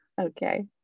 Okay